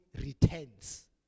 returns